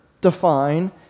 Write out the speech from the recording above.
define